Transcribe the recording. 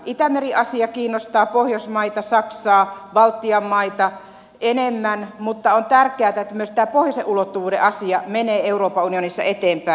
itämeri asia kiinnostaa pohjoismaita saksaa baltian maita enemmän mutta on tärkeätä että myös tämä pohjoisen ulottuvuuden asia menee euroopan unionissa eteenpäin